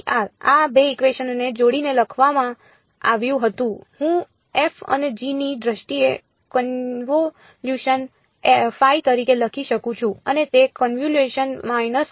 આ 2 ઇકવેશનને જોડીને લખવામાં આવ્યું હતું હું f અને g ની દ્રષ્ટિએ કન્વોલ્યુશન તરીકે લખી શકું છું અને તે કન્વોલ્યુશન માઈનસ હતું